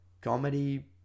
comedy